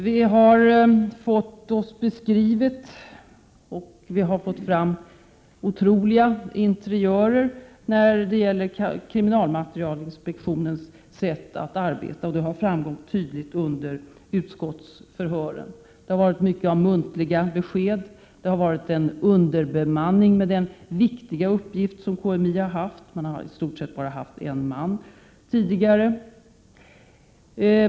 Vi har fått oss beskrivet och vi har fått fram otroliga interiörer när det gäller krigsmaterielinspektionens sätt att arbeta. Och detta har framgått tydligt under utskottsförhören. Det har i mycket varit fråga om muntliga besked. Med tanke på den viktiga uppgift som KMI har haft har man haft en underbemanning. Man har tidigare i stort sett haft bara en man.